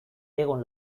egon